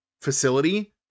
facility